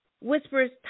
whispers